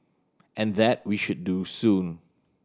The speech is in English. and that we should do soon